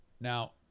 now